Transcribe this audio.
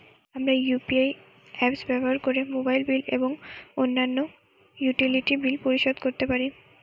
আমরা UPI apps ব্যবহার করে মোবাইল বিল এবং অন্যান্য ইউটিলিটি বিল পরিশোধ করতে পারি